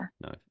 No